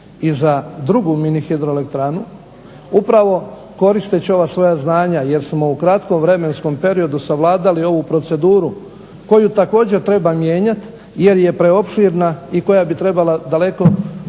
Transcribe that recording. i za drugu mini hidroelektranu upravo koristeći ova svoja znanja jer smo u kratkom vremenskom periodu savladali ovu proceduru koju također treba mijenjati jer je preopširna i koja bi trebala daleko